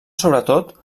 sobretot